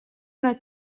una